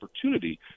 opportunity